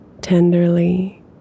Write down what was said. tenderly